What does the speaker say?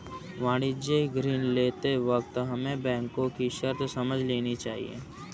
वाणिज्यिक ऋण लेते वक्त हमें बैंको की शर्तें समझ लेनी चाहिए